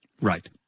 Right